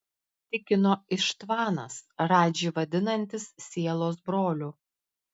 tikino ištvanas radžį vadinantis sielos broliu